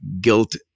guilt